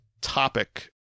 topic